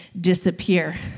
disappear